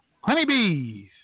Honeybees